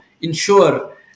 ensure